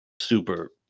super